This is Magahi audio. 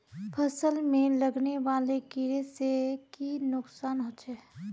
फसल में लगने वाले कीड़े से की नुकसान होचे?